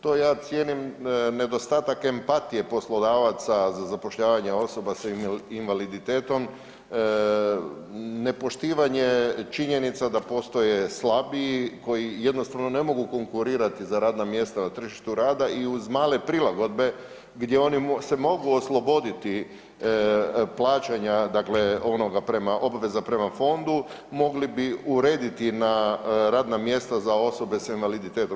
To ja cijenim nedostatak empatije poslodavaca za zapošljavanje osoba s invaliditetom nepoštivanje činjenica da postoje slabiji koji jednostavno ne mogu konkurirati za radna mjesta na tržištu rada i uz male prilagodbe gdje se oni mogu osloboditi plaćanja onoga prema obveza prema fondu mogli bi urediti na radna mjesta za osobe sa invaliditetom.